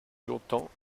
longtemps